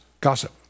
gossip